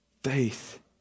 Faith